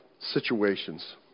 situations